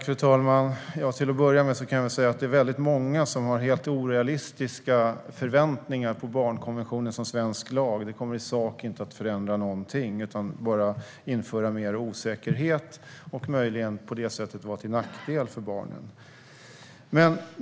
Fru talman! Det är väldigt många som har helt orealistiska förväntningar på barnkonventionen som svensk lag. Det kommer i sak inte att förändra någonting utan bara införa mer osäkerhet och möjligen på det sättet vara till nackdel för barnen.